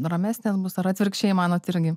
ramesnės bus ar atvirkščiai manot irgi